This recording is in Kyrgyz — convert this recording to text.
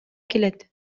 келет